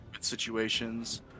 situations